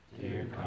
dear